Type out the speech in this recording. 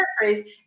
paraphrase